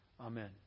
Amen